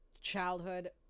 childhood